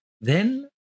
Then